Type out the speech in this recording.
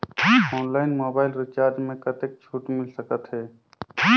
Online mobile recharge मे कतेक छूट मिल सकत हे?